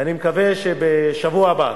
ואני מקווה שבשבוע הבא,